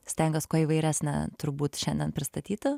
stengiuos kuo įvairesnę turbūt šiandien pristatyti